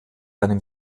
einem